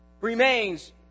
remains